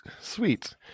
sweet